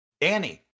Danny